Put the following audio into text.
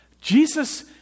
Jesus